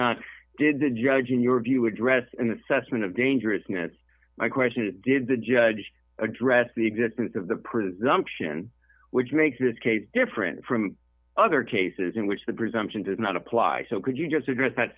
not did the judge in your view address in the session of dangerousness my question did the judge address the existence of the presumption which makes this case different from other cases in which the presumption does not apply so could you just address that